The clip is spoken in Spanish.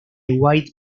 white